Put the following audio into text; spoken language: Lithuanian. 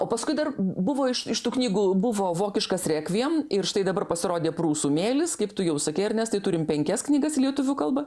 o paskui dar buvo iš tų knygų buvo vokiškas rekviem ir štai dabar pasirodė prūsų mėlis kaip tu jau sakei ernestai turim penkias knygas į lietuvių kalbą